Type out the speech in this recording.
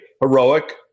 heroic